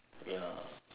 ya